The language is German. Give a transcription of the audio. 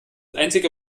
einzige